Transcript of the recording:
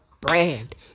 brand